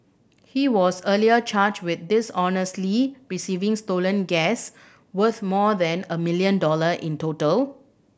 he was earlier charged with dishonestly receiving stolen gas worth more than a million dollar in total